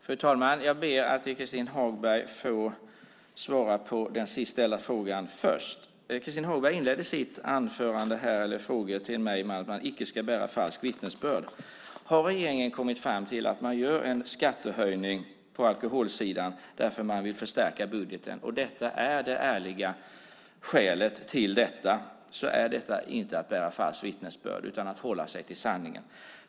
Fru talman! Jag ber att få svara på den sist ställda frågan först. Christin Hagberg inledde sina frågor till mig med att säga att man inte ska bära falskt vittnesbörd. Om regeringen har kommit fram till att man gör en höjning av skatten på alkohol för att man vill förstärka budgeten, och detta är det ärliga skälet, så är det inte att bära falskt vittnesbörd utan att hålla sig till sanningen.